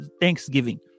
Thanksgiving